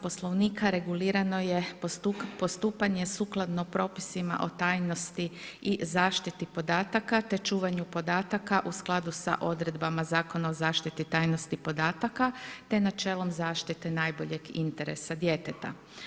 Poslovnika regulirano je postupanje sukladno propisima o tajnosti i zaštiti podataka, te čuvanju podataka u skladu sa odredbama Zakona o zaštiti tajnosti podataka, te načelom zaštite najboljeg interesa djeteta.